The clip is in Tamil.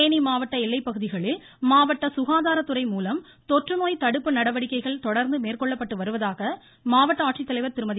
தேனி மாவட்ட எல்லைப்பகுதிகளில் மாவட்ட சுகாதாரத்துறை மூலம் தொற்றுநோய் தடுப்பு நடவடிக்கைகள் தொடா்ந்து மேற்கொள்ளப்பட்டு வருவதாக மாவட்ட ஆட்சித்தலைவர் திருமதி